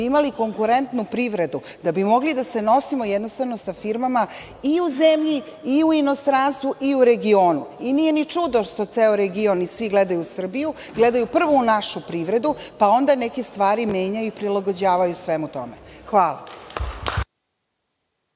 da bi imali konkurentnu privredu, da bi mogli da se nosimo jednostavno sa firmama i u zemlji i u inostranstvu i u regionu. Nije ni čudo što ceo region i svi gledaju u Srbiju, gledaju prvo u našu privredu, pa onda neke stvari menjaju i prilagođavaju svemu tome. Hvala.